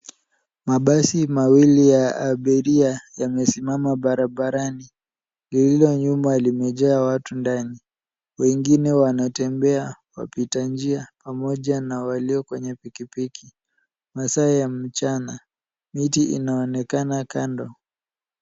Mabasi mawili ya abiria yamesimama barabarani lililo nyuma imejaa watu ndani, wengine wanatembea. Wapita njia pamoja na walio kwenye pikipiki. Masaa ya mchana. Miti inaonekana kando.